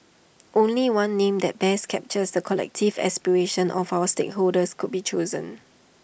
only one name that best captures the collective aspirations of our stakeholders could be chosen